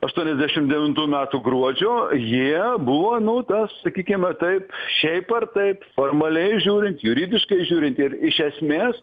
aštuoniasdešim devintų metų gruodžio jie buvo nu tas sakykime taip šiaip ar taip formaliai žiūrint juridiškai žiūrint ir iš esmės